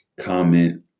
Comment